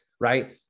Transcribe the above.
right